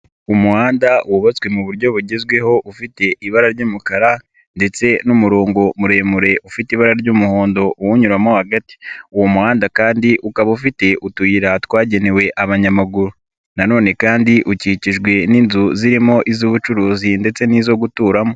Umuhanda wubatswe mu buryo bugezweho, ufite ibara ry'umukara ndetse n'umurongo muremure ufite ibara ry'umuhondo uwunyuramo hagati. Uwo muhanda kandi ukaba ufite utuyira twagenewe abanyamaguru na none kandi ukikijwe n'inzu zirimo iz'ubucuruzi ndetse n'izo guturamo.